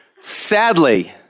Sadly